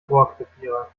rohrkrepierer